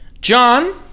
John